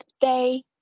day